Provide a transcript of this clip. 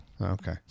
Okay